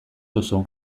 duzu